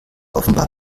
offenbar